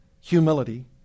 humility